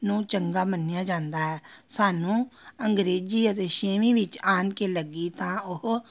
ਨੂੰ ਚੰਗਾ ਮੰਨਿਆ ਜਾਂਦਾ ਹੈ ਸਾਨੂੰ ਅੰਗਰੇਜ਼ੀ ਅਤੇ ਛੇਵੀਂ ਵਿੱਚ ਆਉਣ ਕੇ ਲੱਗੀ ਤਾਂ ਉਹ